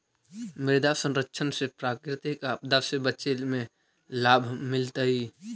मृदा संरक्षण से प्राकृतिक आपदा से बचे में लाभ मिलतइ